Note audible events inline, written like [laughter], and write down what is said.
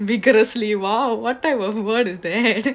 vigorously !wow! what type of word is that [laughs]